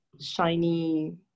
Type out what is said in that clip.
shiny